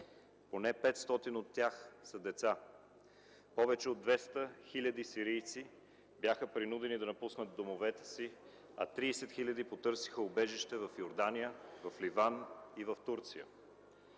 поне 500 от тях са деца, повече от 200 хиляди сирийци бяха принудени да напуснат домовете си, а 30 хиляди потърсиха убежище в Йордания, в Ливан и в Турция.